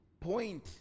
point